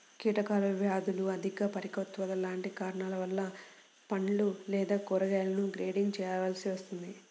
కీటకాలు, వ్యాధులు, అధిక పరిపక్వత లాంటి కారణాల వలన పండ్లు లేదా కూరగాయలను గ్రేడింగ్ చేయవలసి వస్తుంది